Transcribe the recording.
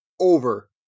over